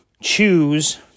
choose